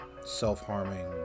Self-harming